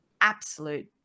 absolute